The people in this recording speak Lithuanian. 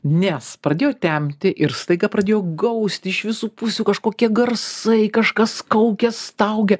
nes pradėjo temti ir staiga pradėjo gausti iš visų pusių kažkokie garsai kažkas kaukia staugia